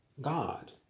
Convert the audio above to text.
God